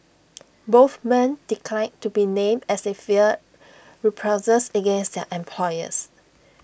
both men declined to be named as they feared reprisals against their employers